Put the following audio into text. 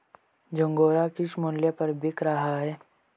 झंगोरा किस मूल्य पर बिक रहा है?